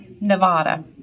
Nevada